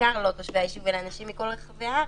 בעיקר לא תושבי היישוב, אלא אנשים מכל רחבי הארץ,